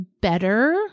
better